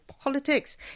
politics